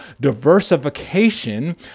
diversification